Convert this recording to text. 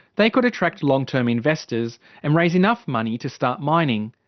they could attract long-term investors and raise enough money to start mining.